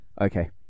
Okay